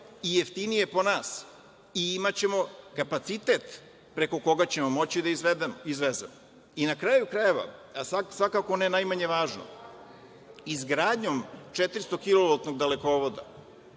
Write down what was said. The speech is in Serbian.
i jeftinije po nas i imaćemo kapacitet preko koga ćemo moći da izvezemo. Na kraju krajeva, ali svakako ne najmanje važno, izgradnjom 400 kilovatnog dalekovoda